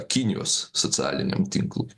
kinijos socialiniam tinklui